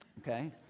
okay